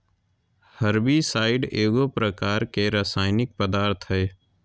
herbicide एगो प्रकार के रासायनिक पदार्थ हई